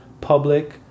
public